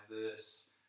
diverse